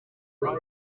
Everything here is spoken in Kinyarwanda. wese